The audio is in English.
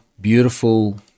beautiful